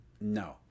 No